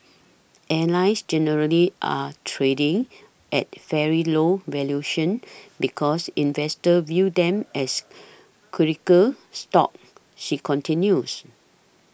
airlines generally are trading at fairly low valuations because investors view them as cyclical stocks she continues